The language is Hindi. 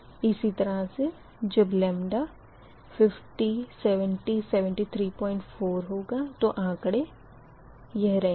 इसी तरह से जब 50 70 734 होगा तो आँकड़े यह रहेंगे